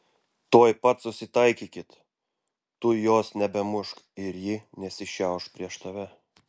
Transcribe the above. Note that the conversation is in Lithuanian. tuoj pat susitaikykit tu jos nebemušk ir ji nesišiauš prieš tave